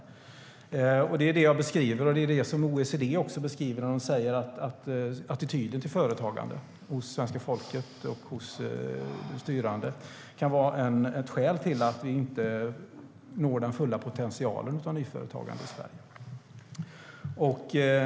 Det är det som jag beskriver, och det är det som också OECD beskriver när de säger att attityderna till företagande hos svenska folket och hos de styrande kan vara ett skäl till att vi inte når den fulla potentialen av nyföretagande i Sverige.